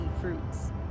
fruits